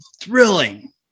thrilling